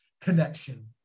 connection